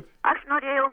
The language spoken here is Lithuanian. aš norėjau